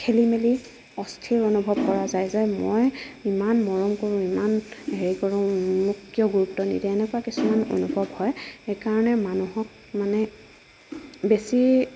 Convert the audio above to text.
খেলিমেলি অস্থিৰ অনুভৱ কৰা যায় যে মই ইমান মৰম কৰোঁ ইমান হেৰি কৰোং মোক কিয় গুৰুত্ব নিদিয়ে এনেকুৱা কিছুমান অনুভৱ হয় সেইকাৰণে মানুহক মানে বেছি